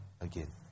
again